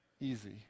easy